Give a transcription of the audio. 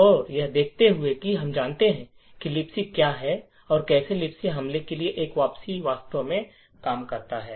तो यह देखते हुए कि हम जानते है कि Libc क्या है और कैसे Libc हमले के लिए एक वापसी वास्तव में काम करता है